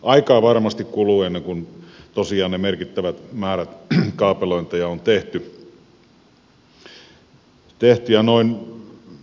aikaa varmasti kuluu ennen kuin tosiaan ne merkittävät määrät kaapelointeja on tehty